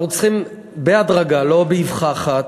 אנחנו צריכים בהדרגה, לא באבחה אחת,